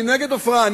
אני נגד עופרה,